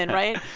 and right?